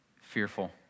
fearful